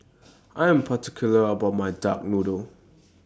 I Am particular about My Duck Noodle